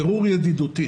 בירור ידידותי